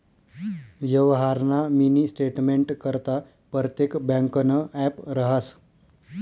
यवहारना मिनी स्टेटमेंटकरता परतेक ब्यांकनं ॲप रहास